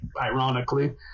ironically